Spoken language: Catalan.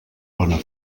bona